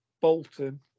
Bolton